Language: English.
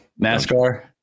nascar